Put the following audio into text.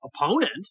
opponent